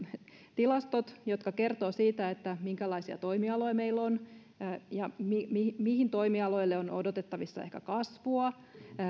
tilastot jotka kertovat siitä minkälaisia toimialoja meillä on ja mihin mihin toimialoille on odotettavissa ehkä kasvua